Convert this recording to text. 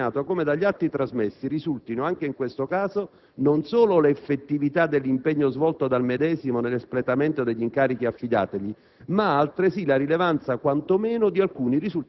Quanto alla collaborazione del dottor Maffei va sottolineato come dagli atti trasmessi risultino, anche in questo caso, non solo l'effettività dell'impegno svolto dal medesimo nell'espletamento degli incarichi affidatigli,